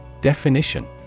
Definition